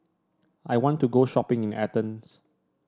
I want to go shopping in Athens